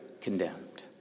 condemned